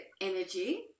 energy